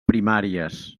primàries